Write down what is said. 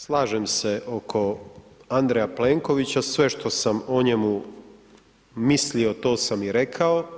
Slažem se oko Andreja Plenkovića, sve što sam o njemu mislio, to sam i rekao.